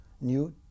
new